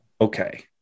Okay